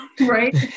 Right